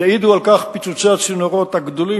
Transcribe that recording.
יעידו על כך פיצוצי הצינורות הגדולים